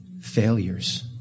Failures